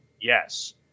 Yes